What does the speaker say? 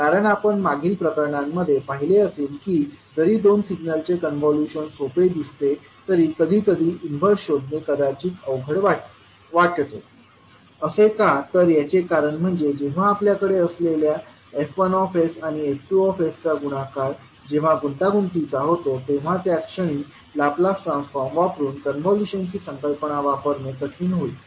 कारण आपण मागील प्रकरणांमध्ये पाहिले असले की जरी दोन सिग्नलचे कॉन्व्होल्यूशन सोपे दिसते तरी कधीकधी इन्वर्स शोधणे कदाचित अवघड वाटतो असे का तर याचे कारण म्हणजे जेव्हा आपल्याकडे असलेल्या F1 आणिF2 चा गुणाकार जेव्हा गुंतागुंतीचा होतो तेव्हा त्या क्षणी लाप्लास ट्रान्सफॉर्म वापरुन कॉन्व्होल्यूशनची संकल्पना वापरणे कठीण होईल